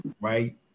right